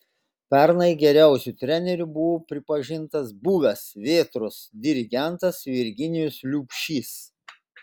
pernai geriausiu treneriu buvo pripažintas buvęs vėtros dirigentas virginijus liubšys